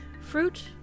fruit